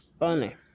Funny